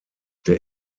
der